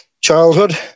childhood